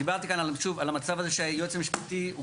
דיברתי כאן על המצב הזה שהיועץ המשפטי הוא